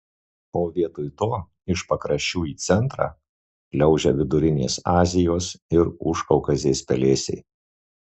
o vietoj to iš pakraščių į centrą šliaužia vidurinės azijos ir užkaukazės pelėsiai